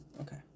Okay